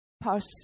pass